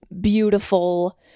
beautiful